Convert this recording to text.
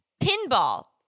Pinball